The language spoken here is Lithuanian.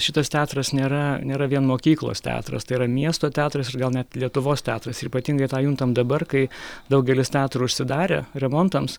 šitas teatras nėra nėra vien mokyklos teatras tai yra miesto teatras ir gal net lietuvos teatras ir ypatingai tą juntam dabar kai daugelis teatrų užsidarė remontams